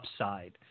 upside